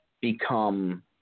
become